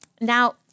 Now